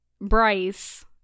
Bryce